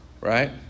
Right